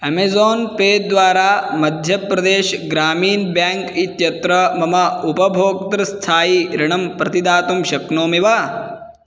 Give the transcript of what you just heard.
Amazon Pay द्वारा मध्यप्रदेशः Gramin bank इत्यत्र मम उपभोक्तृस्थायी ऋणं प्रतिदातुं शक्नोमि वा